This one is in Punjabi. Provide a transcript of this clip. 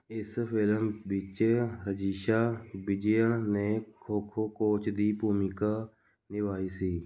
ਇਸ ਫ਼ਿਲਮ ਵਿੱਚ ਰਜੀਸ਼ਾ ਵਿਜਿਆ ਨੇ ਖੋ ਖੋ ਕੋਚ ਦੀ ਭੂਮਿਕਾ ਨਿਭਾਈ ਸੀ